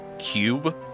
cube